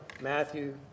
Matthew